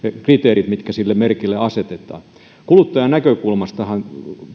kriteerit mitkä sille merkille asetetaan kuluttajan näkökulmastahan